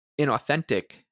inauthentic